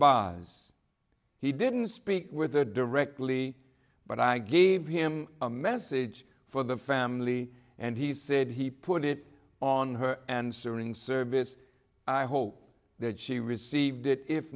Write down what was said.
shabazz he didn't speak with her directly but i gave him a message for the family and he said he put it on her answering service i hope that she received it if